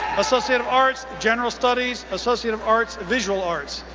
associate of arts, general studies, associate of arts, visual arts.